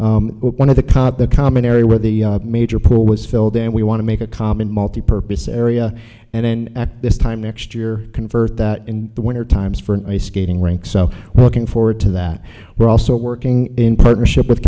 one of the caught the common area where the major pool was filled and we want to make a common multipurpose area and then this time next year convert that in the winter times for an ice skating rink so we're looking forward to that we're also working in partnership with